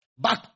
back